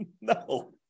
No